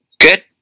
good